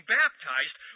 baptized